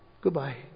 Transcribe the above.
Goodbye